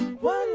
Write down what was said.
one